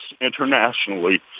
internationally